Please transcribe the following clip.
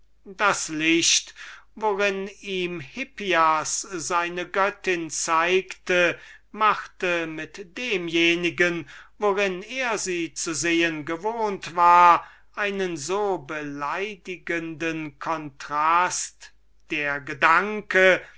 das licht worin ihm hippias seine göttin zeigte machte mit demjenigen worin er sie zu sehen gewohnt war einen so beleidigenden kontrast der gedanke